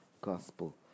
gospel